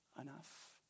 enough